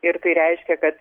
ir tai reiškia kad